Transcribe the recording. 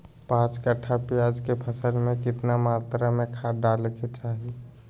पांच कट्ठा प्याज के फसल में कितना मात्रा में खाद डाले के चाही?